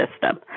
system